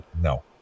no